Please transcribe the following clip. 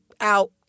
out